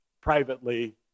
privately